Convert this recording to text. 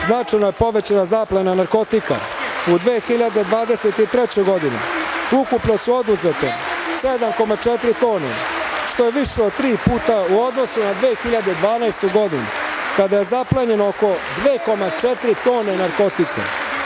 značajno je povećana zaplena narkotika. U 2023. godini ukupno su oduzete 7,4 tone, što je više od tri puta u odnosu na 2012. godinu, kada je zaplenjeno oko 2,4 tone narkotike.U